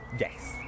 yes